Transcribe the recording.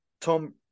Tom